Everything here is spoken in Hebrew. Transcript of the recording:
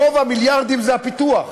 רוב המיליארדים זה הפיתוח,